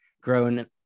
grown